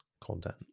content